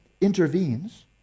intervenes